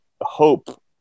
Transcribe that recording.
hope